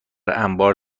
انبار